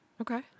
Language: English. Okay